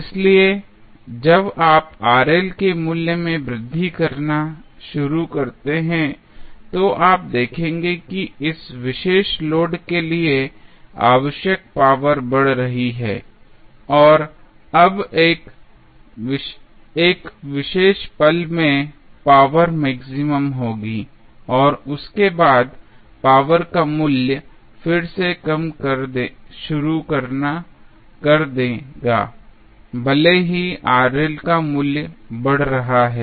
इसलिए जब आप के मूल्य में वृद्धि करना शुरू करते हैं तो आप देखेंगे कि इस विशेष लोड के लिए आवश्यक पावर बढ़ रही है और अब एक विशेष पल में पावर मैक्सिमम होगी और उसके बाद पावर का मूल्य फिर से कम करना शुरू कर देगा भले ही का मूल्य बढ़ रहा है